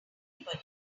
anybody